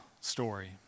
story